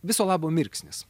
bet viso labo mirksnis